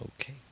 Okay